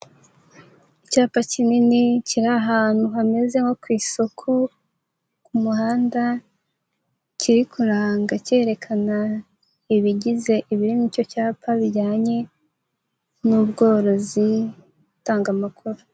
Icyapa kinini kiri ahantu hameze nko ku isoko ku muhanda, kiri kuranga kerekana ibigize ibiri muri icyo cyapa bijyanye n'ubworozi, gutanga amakuru.